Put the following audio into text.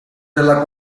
della